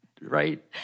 right